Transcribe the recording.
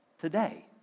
today